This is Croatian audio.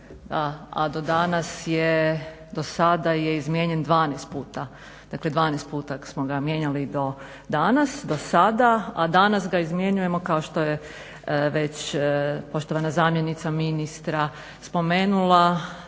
A do danas je, do sada je izmijenjen 12 puta. Dakle, 12 puta smo ga mijenjali do danas, do sada. A danas ga izmjenjujemo kao što je već poštovana zamjenica ministra spomenula